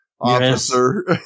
officer